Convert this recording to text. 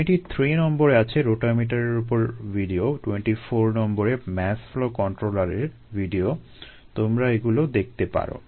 23 নম্বরে আছে রোটামিটারের উপর ভিডিও 24 নম্বরে মাস ফ্লো কন্ট্রোলারের ভিডিও তোমরা এগুলো দেখতে পারো